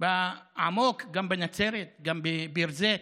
עמוק גם בנצרת, גם בביר זית.